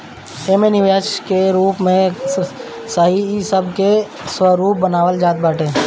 एमे निवेश के रूप का रही इ सब के स्वरूप बनावल जात हवे